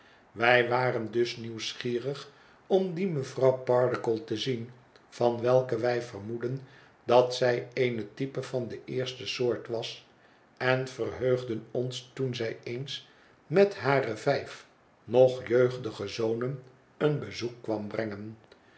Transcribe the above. wij waren dus nieuwsgierig om die mevrouw pardiggle te zien van welke wij vermoedden dat zij eene type van het eerste soort was en verheugden ons toen zij eens met hare vijf nog jeugdige zonen een bezoek kwam brengen